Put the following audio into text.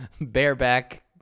bareback